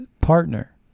partner